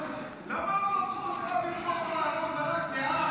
למה לא לקחו אותך במקום אהרן ברק להאג?